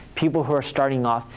people who are starting off,